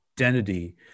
identity